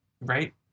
Right